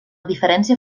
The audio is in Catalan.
diferència